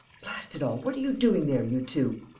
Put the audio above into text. blast it all, what are you doing there, you two?